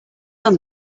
have